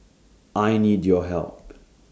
I need your help